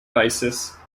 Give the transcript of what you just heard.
basis